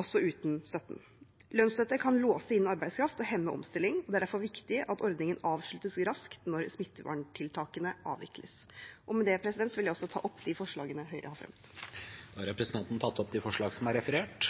også uten støtten. Lønnsstøtte kan låse inn arbeidskraft og hemme omstilling, og det er derfor viktig at ordningen avsluttes raskt når smitteverntiltakene avvikles. Med det vil jeg ta opp de forslagene Høyre har fremmet. Da har representanten Tina Bru tatt opp de forslagene hun refererte